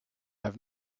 have